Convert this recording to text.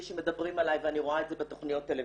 שמדברים עליי ואני רואה את זה בתוכניות טלוויזיה.